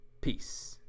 peace